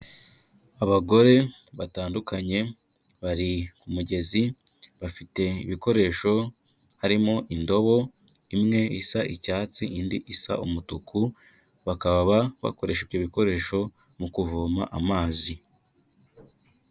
Abagore batandukanye bari ku mugezi, bafite ibikoresho, harimo indobo imwe isa icyatsi indi isa umutuku, bakaba bakoresha ibyo bikoresho mu kuvoma amazi.